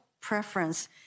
preference